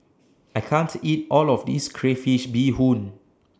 I can't eat All of This Crayfish Beehoon